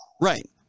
right